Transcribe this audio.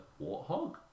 warthog